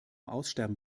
aussterben